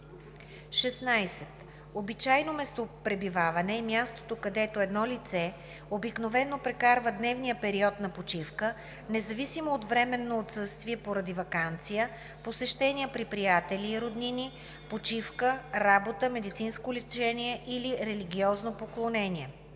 16. „Обичайно местопребиваване“ е мястото, където едно лице обикновено прекарва дневния период на почивка независимо от временно отсъствие поради ваканция, посещения при приятели и роднини, почивка, работа, медицинско лечение или религиозно поклонение.